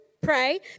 pray